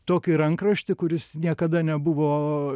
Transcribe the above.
tokį rankraštį kuris niekada nebuvo